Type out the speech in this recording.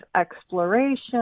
exploration